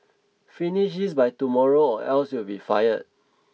finish this by tomorrow or else you'll be fired